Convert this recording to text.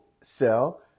sell